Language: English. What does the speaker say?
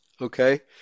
Okay